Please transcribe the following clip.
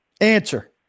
answer